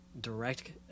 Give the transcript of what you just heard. direct